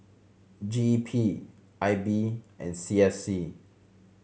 G E P I B and C S C